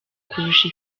kurusha